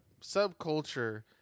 subculture